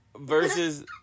Versus